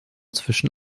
zwischen